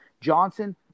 Johnson